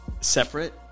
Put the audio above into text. separate